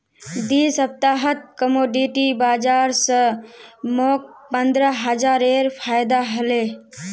दी सप्ताहत कमोडिटी बाजार स मोक पंद्रह हजारेर फायदा हले